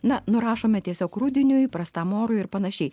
na nurašome tiesiog rudeniui prastam orui ir panašiai